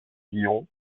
guillon